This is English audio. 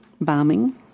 bombing